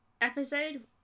episode